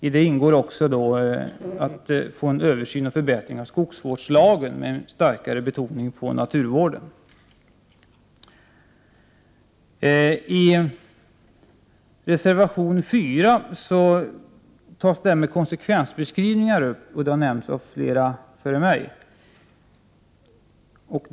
Här handlar det också om kravet på en översyn och en förbättring av skogsvårdslagen med en starkare betoning på naturvården. I reservation 4 tas frågan om konsekvensbeskrivningarna upp. Den saken har flera talare före mig berört.